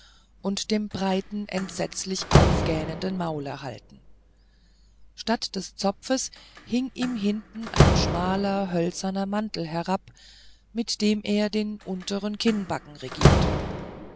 und dem breiten entsetzlich aufgähnenden maule tragen statt des zopfes hing ihm hinten ein schmaler hölzerner mantel herab mit dem er den untern kinnbacken regierte